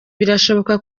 birashoboka